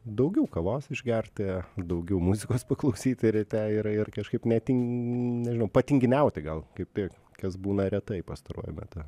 daugiau kavos išgerti daugiau muzikos paklausyti ryte ir ir kažkaip netin nežinau patinginiauti gal kaip tik kas būna retai pastaruoju metu